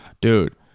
Dude